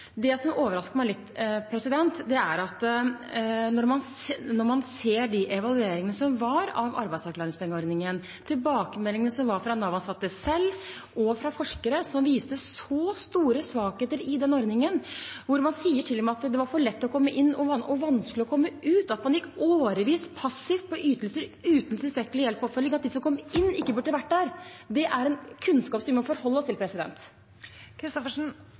som overrasker meg litt når man ser de evalueringene som var av arbeidsavklaringspengeordningen – tilbakemeldingene fra Nav-ansatte selv og fra forskere – er at de viste så store svakheter i ordningen, hvor man til og med sier at det var for lett å komme inn og vanskelig å komme ut, at man gikk årevis passivt på ytelser uten tilstrekkelig hjelp og oppfølging, og at de som kom inn, ikke burde vært der. Det er en kunnskap vi må forholde oss til.